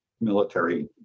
military